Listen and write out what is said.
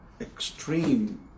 extreme